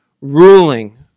ruling